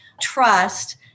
trust